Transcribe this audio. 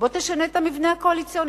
בוא תשנה את המבנה הקואליציוני.